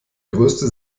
größte